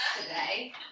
today